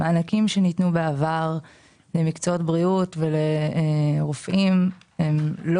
המענקים שניתנו בעבר למקצועות בריאות ולרופאים לא